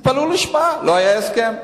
תתפלאו לשמוע, לא היה הסכם.